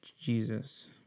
Jesus